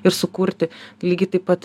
ir sukurti lygiai taip pat